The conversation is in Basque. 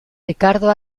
rikardo